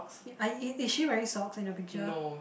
I e~ is she wearing socks in your picture